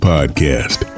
Podcast